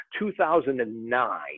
2009